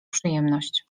przyjemność